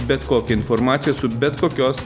bet kokia informacija su bet kokios